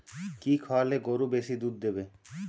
কি খাওয়ালে গরু বেশি দুধ দেবে?